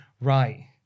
right